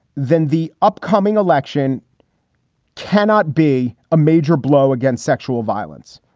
then the upcoming election cannot be a major blow against sexual violence.